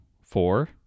four